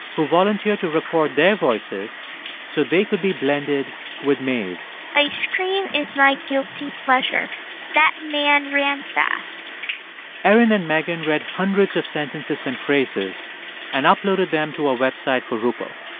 who volunteered to record their voices so they could be blended with maeve's ice cream is my guilty pleasure that man ran fast erin and meghan read hundreds of sentences and phrases and uploaded them to a website for rupal.